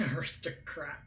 aristocrat